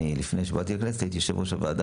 לפני שבאתי לכנסת הייתי יושב ראש הוועדה